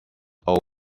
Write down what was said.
old